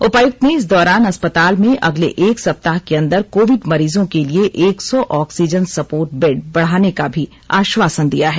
उपायुक्त ने इस दौरान अस्पताल में अगले एक सप्ताह के अन्दर कोविड मरीजों के लिए एक सौ ऑक्सीजन सर्पोट बेड बढ़ाने का भी आश्वासन दिया है